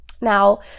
Now